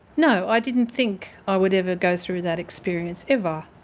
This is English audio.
no i didn't think i would ever go through that experience ever.